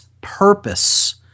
purpose